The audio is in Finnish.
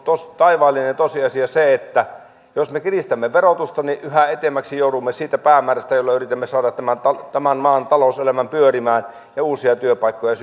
taivaallinen tosiasia se että jos me kiristämme verotusta niin yhä etäämmäksi joudumme siitä päämäärästä jolla yritämme saada tämän tämän maan talouselämän pyörimään ja uusia työpaikkoja